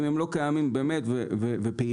אם הם לא קיימים באמת ופעילים,